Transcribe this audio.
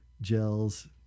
gels